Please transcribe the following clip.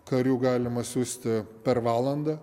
karių galima siųsti per valandą